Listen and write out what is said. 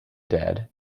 dead